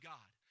God